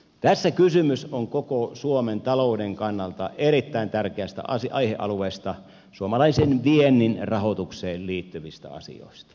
tässä kysymys on koko suomen talouden kannalta erittäin tärkeästä aihealueesta suomalaisen viennin rahoitukseen liittyvistä asioista